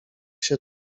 się